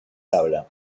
habla